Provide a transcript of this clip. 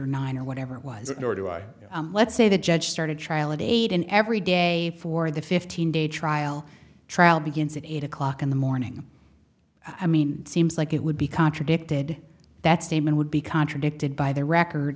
or nine or whatever it was nor do i let's say the judge start a trial of eight in every day for the fifteen day trial trial begins at eight o'clock in the morning i mean it seems like it would be contradicted that statement would be contradicted by the record